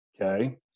okay